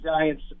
Giants